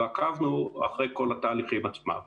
ועקבנו אחרי כל התהליכים עצמם.